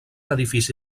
edifici